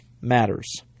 matters